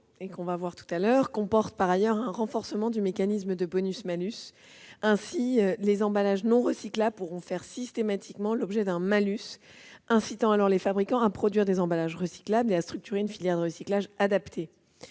la suite de la discussion. Elle comporte un renforcement du mécanisme de bonus-malus, de sorte que les emballages non recyclables pourront faire systématiquement l'objet d'un malus incitant les fabricants à produire des emballages recyclables et à structurer une filière de recyclage adaptée.